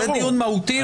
זה דיון מהותי.